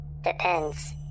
Depends